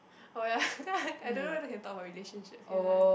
oh ya I don't know whether can talk about relationships can right